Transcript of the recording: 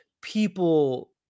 people